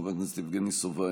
חבר הכנסת יבגני סובה,